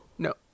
No